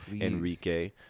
Enrique